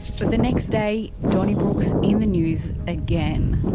but the next day, donnybrook is in the news again.